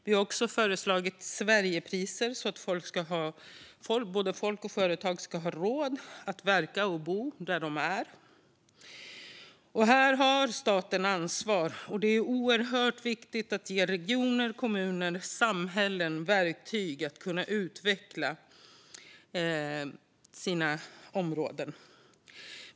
Vi har också föreslagit Sverigepriser, så att folk och företag ska ha råd att verka och bo där de är. Här har staten ett ansvar. Det är oerhört viktigt att ge regioner, kommuner och samhällen verktyg för att utveckla sina områden.